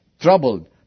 troubled